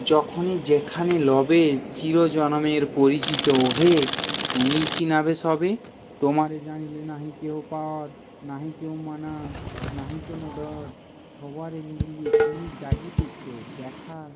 যখনই যেখানে লবে চির জনমের পরিচিত ওহে তুমিই চিনাবে সবে তোমারে জানিলে নাহি কেহ পর নাহি কেউ মানা নাহি কোনো ডর সবারে মিলায়ে তুমি জাগিতেছ দেখা